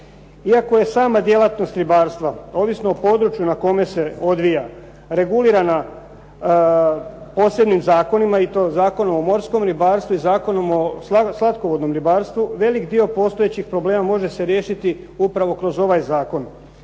Iako je sama djelatnost ribarstva, ovisno o području na kome se odvija, regulirana posebnim zakonima i to Zakonom o morskom ribarstvu i Zakonom o slatkovodnom ribarstvu, velik dio postojećih problema može se riješiti upravo kroz ovaj zakon